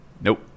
Nope